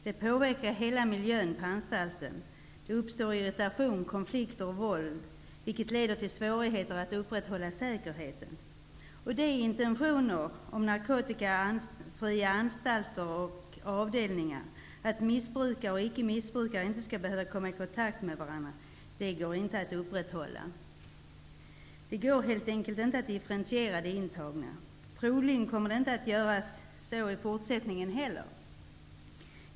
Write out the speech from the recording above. Detta påverkar miljön på hela anstalten. Det uppstår irritation, konflikter och våld, vilket leder till svårigheter att upprätthålla säkerheten. De intentioner om narkotikafria anstalter och avdelningar, som går ut på att missbrukare och icke missbrukare inte skall behöva komma i kontakt med varandra, går inte att upprätthålla. Det går helt enkelt inte att differentiera de intagna. Troligen kommmer det inte heller att vara möjligt i fortsättningen.